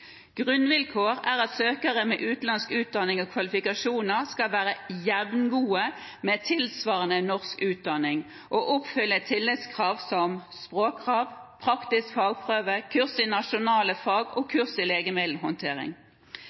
Grunnvilkår er at søkere med utenlandsk utdanning og kvalifikasjoner skal være jevngode med tilsvarende norsk utdanning og oppfylle tilleggskrav som språkkrav, praktisk fagprøve, kurs i nasjonale fag og kurs i legemiddelhåndtering.